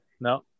No